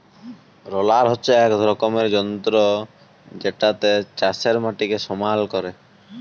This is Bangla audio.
রলার হচ্যে এক রকমের যন্ত্র জেতাতে চাষের মাটিকে সমাল ক্যরে